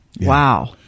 Wow